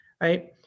right